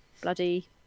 bloody